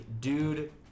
dude